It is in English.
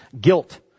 guilt